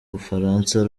bufaransa